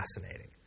fascinating